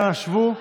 אנא, שבו.